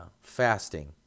fasting